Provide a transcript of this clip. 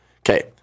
Okay